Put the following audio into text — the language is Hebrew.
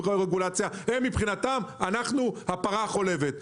מבחינתם אנחנו הפרה החולבת.